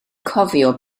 cofio